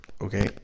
Okay